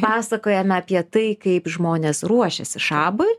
pasakojame apie tai kaip žmonės ruošėsi šabui